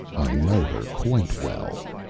i know her quite well,